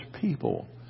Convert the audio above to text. people